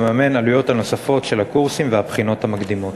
העלויות הנוספות של הקורסים והבחינות המקדימות?